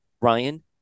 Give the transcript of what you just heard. Ryan